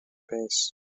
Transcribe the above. base